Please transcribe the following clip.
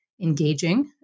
engaging